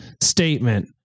statement